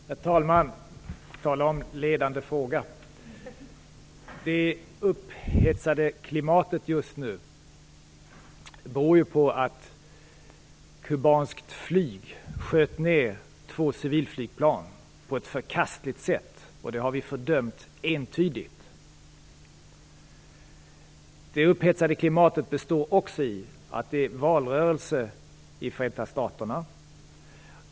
Herr talman! Tala om ledande fråga! Det upphetsade klimatet just nu beror ju på att kubanskt flyg sköt ned två civilflygplan på ett förkastligt sätt. Det har vi entydigt fördömt. Det upphetsade klimatet kommer sig också av att det är valrörelse i Förenta staterna.